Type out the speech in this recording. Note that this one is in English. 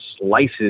slices